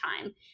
time